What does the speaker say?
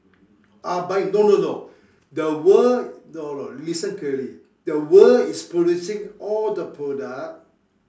ah buy no no no the world no no listen clearly the world is producing all the product